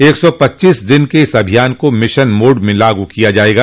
एक सौ पच्चीस दिन के इस अभियान को मिशन मोड में लागू किया जाएगा